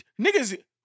Niggas